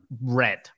red